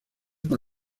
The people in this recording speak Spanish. con